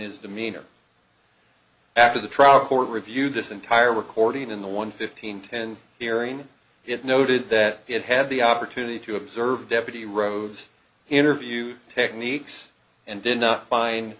his demeanor after the trial court reviewed this entire recording in the one fifteen ten hearing it noted that it had the opportunity to observe deputy rhodes interviewed techniques and did not find